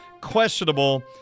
questionable